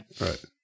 Right